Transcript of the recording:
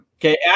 okay